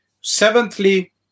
Seventhly